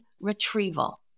retrieval